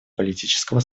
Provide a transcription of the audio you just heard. политического